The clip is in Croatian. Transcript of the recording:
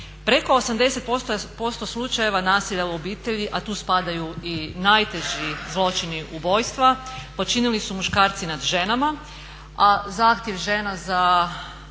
Preko 80% slučajeva nasilja u obitelji, a tu spadaju i najteži zločini ubojstva počinili su muškarci nad ženama, a zahtjev žena za